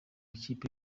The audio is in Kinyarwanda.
ikipe